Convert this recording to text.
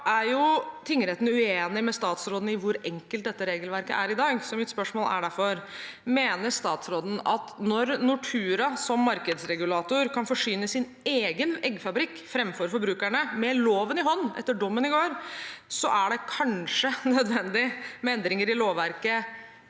er tingretten uenig med statsråden i hvor enkelt dette regelverket er i dag. Mitt spørsmål er derfor: Når Nortura som markedsregulator kan forsyne sin egen eggfabrikk framfor forbrukerne – med loven i hånd etter dommen i går – er det kanskje nødvendig med endringer i lovverket